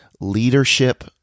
leadership